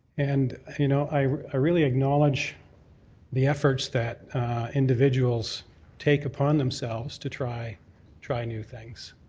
and, you know, i really acknowledge the efforts that individuals take upon themselves to try try new things.